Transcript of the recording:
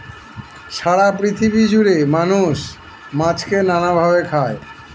সারা পৃথিবী জুড়ে মানুষ মাছকে নানা ভাবে খায়